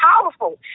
powerful